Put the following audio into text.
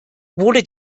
wurde